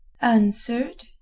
answered